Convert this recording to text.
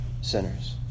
Sinners